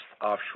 offshore